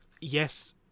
Yes